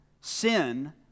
sin